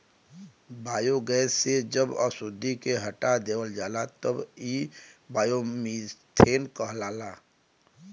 biogas से जब अशुद्धि के हटा देवल जाला तब इ बायोमीथेन कहलाला